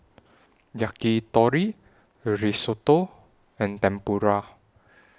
Yakitori Risotto and Tempura